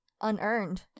unearned